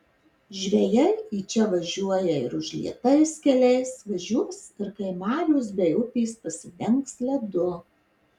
žvejai į čia važiuoja ir užlietais keliais važiuos ir kai marios bei upės pasidengs ledu